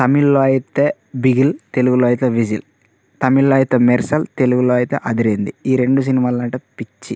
తమిళ్లో అయితే బిగిల్ తెలుగులో అయితే విజిల్ తమిళ్లో అయితే మెర్సన్ తెలుగులో అయితే అదిరింది ఈ రెండు సినిమాలు అంటే పిచ్చి